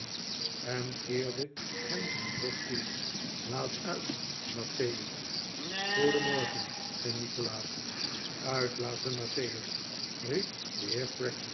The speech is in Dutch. en keerde hem zijn rug toe laat uit mattheus goedenmorgen zei nikolaas uitlaten mattheus riep de